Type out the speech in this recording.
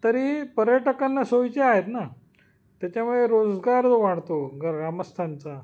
तरी पर्यटकांना सोयीचे आहेत ना त्याच्यामुळे रोजगार जो वाढतो ग्रामस्थांचा